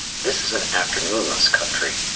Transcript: this is an afternoon-less country.